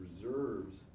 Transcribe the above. reserves